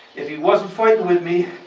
if he wasn't fighting with me,